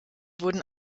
wurden